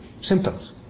symptoms